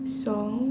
song